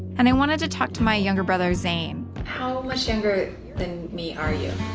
and i wanted to talk to my younger brother zane. how much younger than me are you?